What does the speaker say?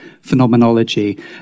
phenomenology